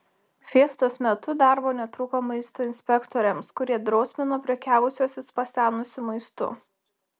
fiestos metu darbo netrūko maisto inspektoriams kurie drausmino prekiavusiuosius pasenusiu maistu